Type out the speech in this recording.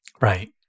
Right